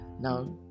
Now